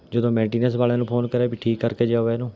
ਜਦੋਂ ਮੈਂਟੀਨੈਂਸ ਵਾਲਿਆਂ ਨੂੰ ਫੋਨ ਕਰਿਆ ਵੀ ਠੀਕ ਕਰਕੇ ਜਾਓ ਇਹਨੂੰ